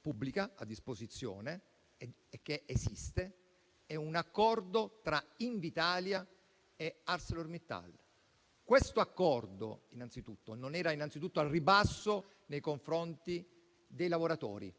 pubblica, a disposizione e che esiste è un accordo tra Invitalia e ArcelorMittal. Questo accordo innanzitutto non era al ribasso nei confronti dei lavoratori